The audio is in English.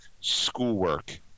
schoolwork